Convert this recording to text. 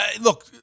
look